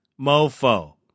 MoFo